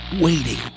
waiting